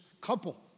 couple